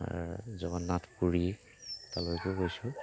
জগন্নাথ পুৰী তালৈকো গৈছোঁ